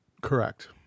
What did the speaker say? Correct